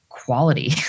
quality